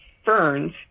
ferns